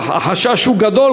והחשש גדול,